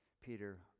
Peter